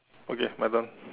okay my bum